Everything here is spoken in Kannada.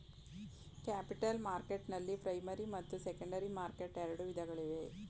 ಕ್ಯಾಪಿಟಲ್ ಮಾರ್ಕೆಟ್ನಲ್ಲಿ ಪ್ರೈಮರಿ ಮತ್ತು ಸೆಕೆಂಡರಿ ಮಾರ್ಕೆಟ್ ಎರಡು ವಿಧಗಳಿವೆ